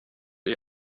ihr